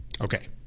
okay